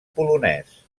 polonès